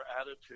attitude